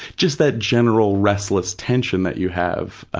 just that general restless tension that you have. ah